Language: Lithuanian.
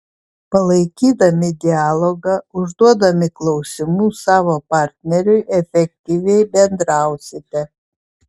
palaikydami dialogą užduodami klausimų savo partneriui efektyviai bendrausite